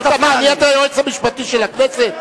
נהיית היועץ המשפטי של הכנסת?